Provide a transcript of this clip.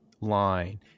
line